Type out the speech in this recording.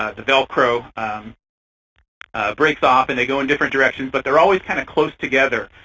ah the velcro breaks off and they go in different directions but they're always kind of close together,